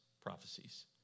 prophecies